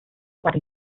wagon